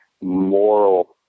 moral